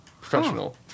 Professional